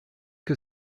que